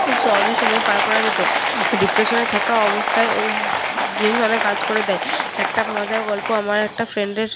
খুব সহজেই সময় পার করা যেত ডিপ্রেশনে থাকা অবস্থায়ও গেমস অনেক কাজ করে দেয় একটা মজার গল্প আমার একটা ফ্রেন্ডের